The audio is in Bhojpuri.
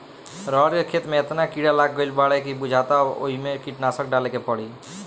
रहर के खेते में एतना कीड़ा लाग गईल बाडे की बुझाता अब ओइमे कीटनाशक डाले के पड़ी